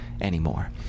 anymore